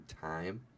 time